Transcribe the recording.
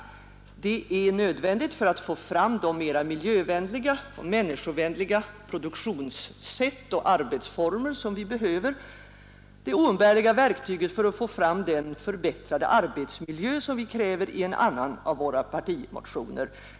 Det är nödvändigt för att få fram mera miljövänliga och människovänliga produktionssätt och arbetsformer. Detta är bl.a. det oumbärliga verktyget för att få fram den förbättrade arbetsmiljö som vi kräver i en annan av våra partimotioner.